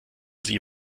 sie